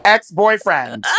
Ex-boyfriend